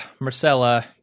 Marcella